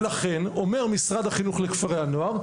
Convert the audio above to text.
ולכן אומר משרד החינוך לכפרי הנוער,